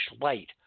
light